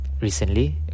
recently